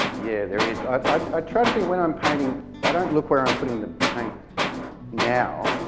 yeah there is. i try to think when i'm painting i don't look where i'm putting the paint now,